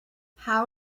how